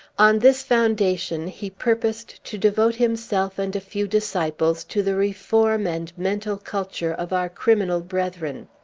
on this foundation he purposed to devote himself and a few disciples to the reform and mental culture of our criminal brethren.